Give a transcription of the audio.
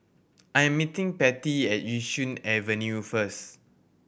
I am meeting Pattie at Yishun Avenue first